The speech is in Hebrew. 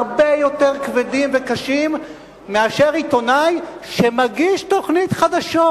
הרבה יותר כבדים וקשים מאשר של עיתונאי שמגיש תוכנית חדשות.